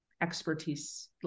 expertise